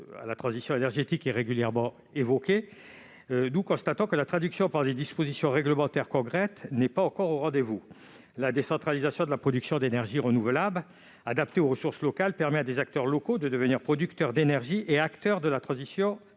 la transition énergétique est régulièrement évoquée, nous constatons que sa traduction sous forme de dispositions réglementaires concrètes n'est pas encore au rendez-vous. La décentralisation de la production d'énergies renouvelables adaptées aux ressources locales offre la possibilité à des acteurs locaux de devenir producteurs d'énergie et acteurs de la transition énergétique.